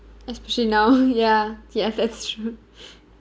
especially now ya yes that's true